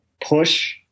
push